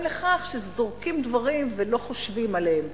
לכך שזורקים דברים ולא חושבים עליהם.